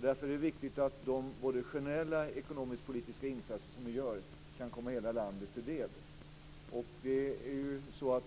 Därför är det viktigt att både de generella och de ekonomisk-politiska insatser som vi gör kan komma hela landet till del.